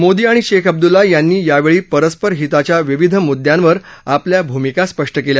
मोदी आणि शेख अब्दुल्ला यांनी यावेळी परस्पर हिताच्या विविध मुद्यांवर आपल्या भूमिका स्पष्ट केल्या